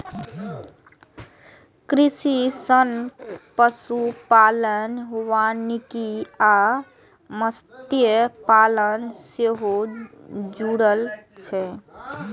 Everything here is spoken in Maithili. कृषि सं पशुपालन, वानिकी आ मत्स्यपालन सेहो जुड़ल छै